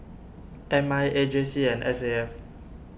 M I A J C and S A F